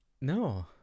No